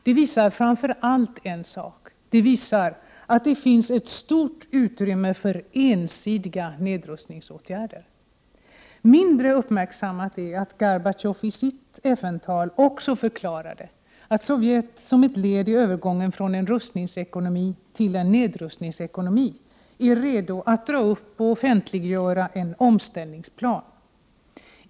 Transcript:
Det visar framför allt en sak: att det finns ett stort utrymme för ensidiga nedrustningsåtgärder. Mindre uppmärksammat är att Gorbatjov i sitt FN-tal också förklarade att Sovjet som ett led i övergången från en rustningsekonomi till en nedrustningsekonomi är redo att dra upp och offentliggöra en omställningsplan.